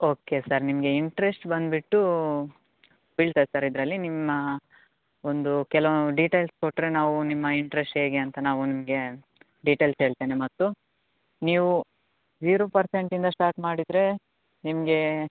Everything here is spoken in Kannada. ಓಕೆ ಸರ್ ನಿಮಗೆ ಇಂಟ್ರೆಸ್ಟ್ ಬಂದುಬಿಟ್ಟು ಬೀಳ್ತದೆ ಸರ್ ಇದರಲ್ಲಿ ನಿಮ್ಮ ಒಂದು ಕೆಲವು ಡೀಟೇಲ್ಸ್ ಕೊಟ್ಟರೆ ನಾವು ನಿಮ್ಮ ಇಂಟ್ರೆಸ್ಟ್ ಹೇಗೆ ಅಂತ ನಾವು ನಿಮಗೆ ಡೀಟೇಲ್ಸ್ ಹೇಳ್ತೇನೆ ಮತ್ತು ನೀವು ಜೀರೋ ಪರ್ಸೆಂಟಿಂದ ಸ್ಟಾರ್ಟ್ ಮಾಡಿದರೆ ನಿಮಗೆ